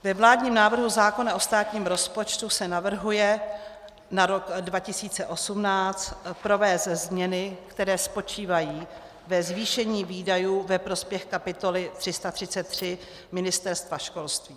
Ve vládním návrhu zákona o státním rozpočtu se navrhuje na rok 2018 provést změny, které spočívají ve zvýšení výdajů ve prospěch kapitoly 333 Ministerstvo školství.